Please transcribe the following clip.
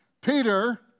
Peter